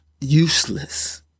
useless